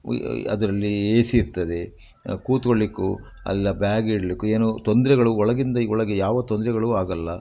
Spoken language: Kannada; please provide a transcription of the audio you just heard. ಅದರಲ್ಲಿ ಎ ಸಿ ಇರ್ತದೆ ಕೂತ್ಕೊಳ್ಲಿಕ್ಕೂ ಅಲ್ಲ ಬ್ಯಾಗಿಡಲಿಕ್ಕೂ ಏನೂ ತೊಂದರೆಗಳು ಒಳಗಿಂದ ಒಳಗೆ ಯಾವ ತೊಂದರೆಗಳೂ ಆಗೋಲ್ಲ